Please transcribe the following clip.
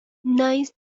nice